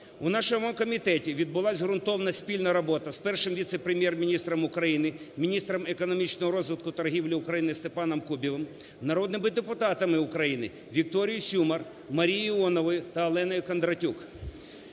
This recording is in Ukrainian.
У нашому комітеті відбулася ґрунтовна спільна робота з Першим віце-прем'єр-міністром України – міністром економічного розвитку, торгівлі України Степаном Кубівим, народними депутатами України Вікторією Сюмар, Марією Іоновою та Оленою Кондратюк